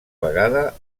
vegada